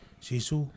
Jesus